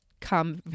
come